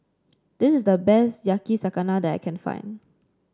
this is the best Yakizakana that I can find